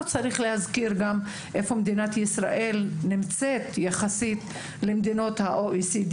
לא צריך להזכיר איפה מדינת ישראל נמצאת יחסית למדינות ה-OECD,